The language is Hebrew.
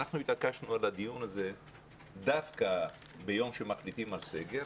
אנחנו התעקשנו על הדיון הזה דווקא ביום שמחליטים על סגר